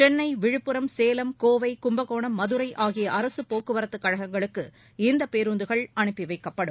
சென்னை விழுப்புரம் சேலம் கோவை கும்பகோணம் மதுரை ஆகிய அரசு போக்குவரத்து கழகங்களுக்கு இந்த பேருந்துகள் அனுப்பி வைக்கப்படும்